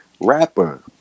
Rapper